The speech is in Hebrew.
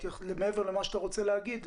מעבר למה שאתה רוצה להגיד,